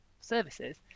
services